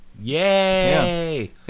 Yay